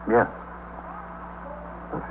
Yes